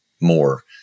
more